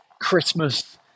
Christmas